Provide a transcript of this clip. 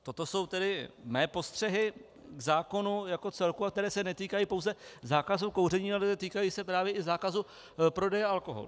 Toto jsou mé postřehy k zákonu jako celku, a které se netýkají pouze zákazu kouření, ale týkají se právě i zákazu prodeje alkoholu.